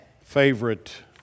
favorite